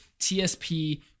TSP